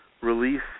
release